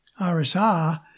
RSR